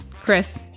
Chris